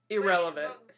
Irrelevant